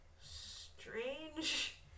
strange